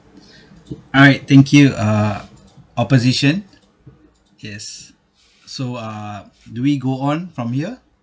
alright thank you uh opposition yes so uh do we go on from here